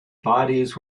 bodies